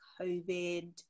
covid